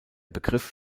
begriff